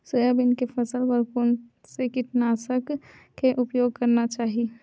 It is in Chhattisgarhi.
सोयाबीन के फसल बर कोन से कीटनाशक के उपयोग करना चाहि?